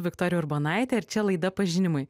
viktorija urbonaitė ir čia laida pažinimai